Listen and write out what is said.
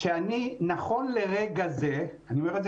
אני רוצה לומר שנכון לרגע זה ואני אומר את זה